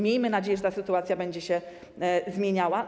Miejmy nadzieję, że ta sytuacja będzie się zmieniała.